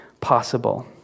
possible